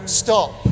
stop